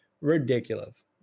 ridiculous